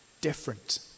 different